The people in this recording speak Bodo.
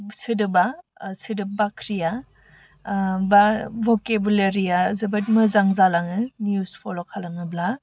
सोदोबआ सोदोब बाख्रिआ बा भकेबुलारिया जोबोद मोजां जालाङो निउस फल' खालामोब्ला